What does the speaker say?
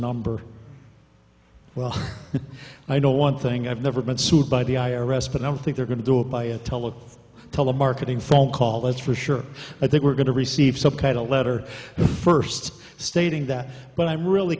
number well i know one thing i've never been sued by the i r s but i don't think they're going to do it by a telephone telemarketing phone call that's for sure i think we're going to receive some kind of letter first stating that but i'm really